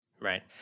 Right